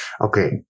Okay